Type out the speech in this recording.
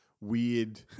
weird